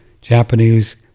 Japanese